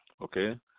okay